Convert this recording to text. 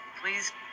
please